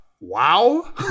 wow